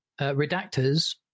redactors